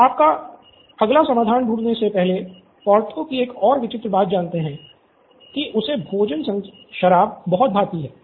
तो अगला समाधान ढूंढेने से पहले पार्थो की एक और विचित्र बात जानते हैं कि उसे भोजन संग शराब बहुत भाति है